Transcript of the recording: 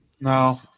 No